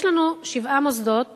יש לנו שבעה מוסדות